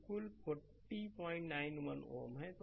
तो कुल 4091 Ω है